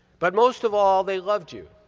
but most of all, they loved you.